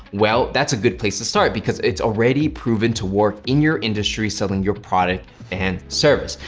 well, that's a good place to start because it's already proven to work in your industry selling your product and service.